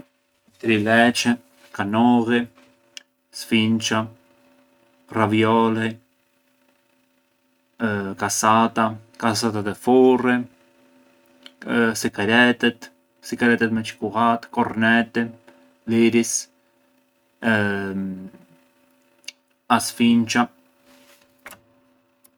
Trileçe, kanolli, sfinça, ravioli, kasata, kasata te furri, sikaretet, sikaretet me çikullat, korneti, l’iris, a sfinça.